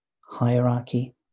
hierarchy